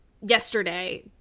yesterday